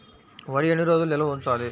వరి ఎన్ని రోజులు నిల్వ ఉంచాలి?